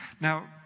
Now